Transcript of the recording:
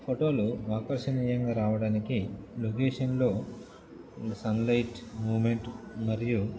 ఫోటోలు ఆకర్షణీయంగా రావడానికి లొకేషన్లో సన్లైట్ మూమెంట్ మరియు